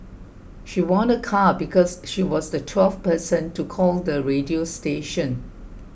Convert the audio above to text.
she won a car because she was the twelfth person to call the radio station